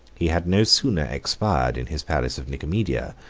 he had no sooner expired in his palace of nicomedia,